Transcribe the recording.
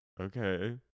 okay